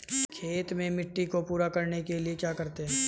खेत में मिट्टी को पूरा करने के लिए क्या करते हैं?